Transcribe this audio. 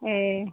ए